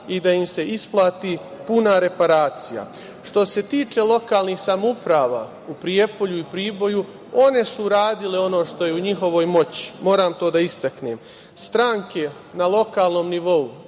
i da im se isplati puna reparacija. Što se tiče lokalnih samouprava u Prijepolju i Priboju, one su radile ono što je u njihovoj moći, moram to da istaknem. Stranke na lokalnom nivou,